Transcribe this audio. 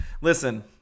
Listen